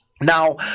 Now